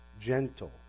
gentle